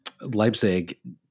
Leipzig